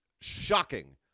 shocking